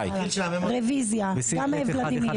רביזיה, גם ולדימיר.